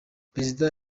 perezida